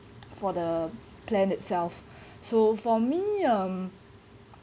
for the plan itself so for me um